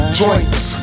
joints